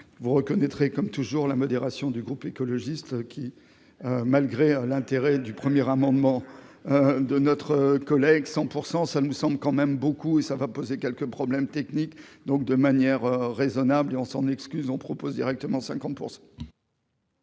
vous reconnaîtrez, comme toujours, la modération du groupe écologiste qui, malgré l'intérêt du premier amendement de notre collègue 100 % ça me semble quand même beaucoup et ça va poser quelques problèmes techniques, donc de manière raisonnable et on s'en excuse, on propose directement 50 %.